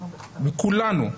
כולנו.